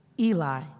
Eli